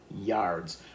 yards